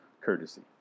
Courtesy